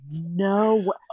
No